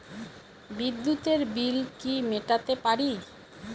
বিদ্যুতের বিল কি মেটাতে পারি?